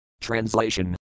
Translation